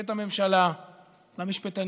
ואת הממשלה למשפטנים.